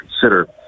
consider